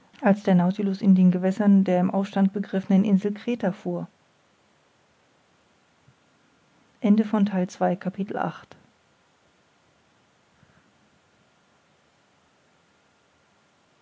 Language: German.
als der nautilus in den gewässern der im aufstand begriffenen insel creta fuhr